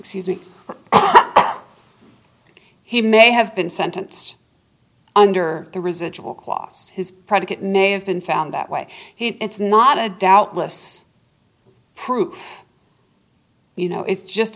excuse me he may have been sentenced under the residual klos his predicate may have been found that way it's not a doubtless proof you know it's just